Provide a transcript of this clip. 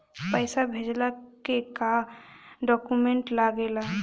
पैसा भेजला के का डॉक्यूमेंट लागेला?